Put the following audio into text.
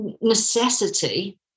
necessity